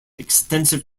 extensive